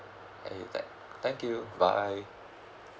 eh thank you bye